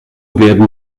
werden